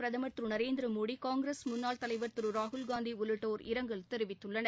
பிரதம் திருநரேந்திரமோடி காங்கிரஸ் முன்னாள் தலைவா் திருராகுல்காந்தி உள்ளிட்டோர் இரங்கல் தெரிவித்துள்ளனர்